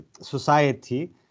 society